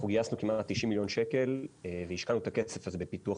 אנחנו גייסנו כמעט 90 מיליון שקל והשקענו את הכסף הזה בפיתוח